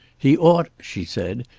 he ought, she said,